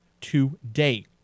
today